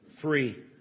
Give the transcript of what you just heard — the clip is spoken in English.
free